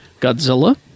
Godzilla